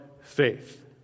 faith